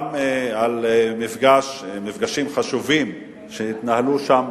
גם על מפגשים חשובים שהתנהלו שם,